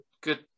good